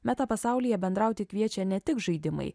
meta pasaulyje bendrauti kviečia ne tik žaidimai